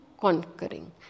conquering